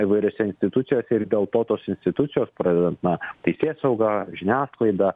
įvairiose institucijose ir dėl to tos institucijos pradedant na teisėsauga žiniasklaida